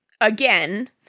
Again